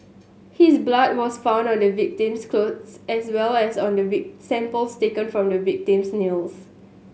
his blood was found on the victim's clothes as well as on the week samples taken from the victim's nails